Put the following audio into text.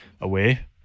away